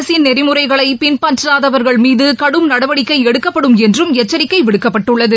அரசின் நெறிமுறைகளை பின்பற்றாதவர்கள் மீது கடும் நடவடிக்கை எடுக்கப்படும் என்றும் எச்சரிக்கை விடுக்கப்பட்டுள்ளது